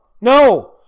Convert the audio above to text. no